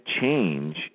change